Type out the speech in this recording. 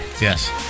Yes